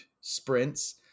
sprints